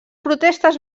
protestes